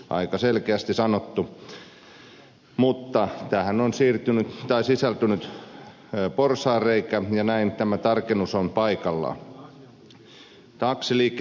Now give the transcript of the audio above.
aika selkeästi sanottu mutta tähän on sisältynyt porsaanreikä ja näin tämä tarkennus on paikallaan